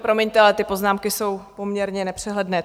Promiňte, ale ty poznámky jsou poměrně nepřehledné.